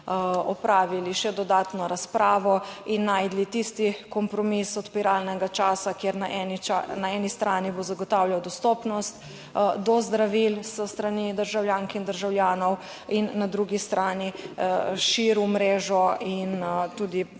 opravili še dodatno razpravo in našli tisti kompromis odpiralnega časa, kjer na eni strani bo zagotavljal dostopnost do zdravil s strani državljank in državljanov in na drugi strani širil mrežo in tudi